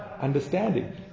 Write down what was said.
understanding